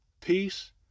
peace